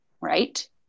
right